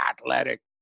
athletic